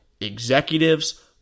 executives